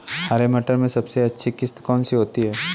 हरे मटर में सबसे अच्छी किश्त कौन सी होती है?